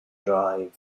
drive